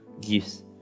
gifts